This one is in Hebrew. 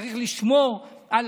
צריך לשמור על